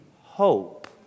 hope